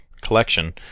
collection